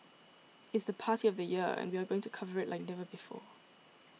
it's the party of the year and we are going to cover it like never before